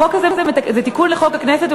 החוק הזה הוא תיקון לחוק הכנסת.